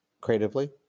creatively